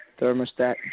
thermostat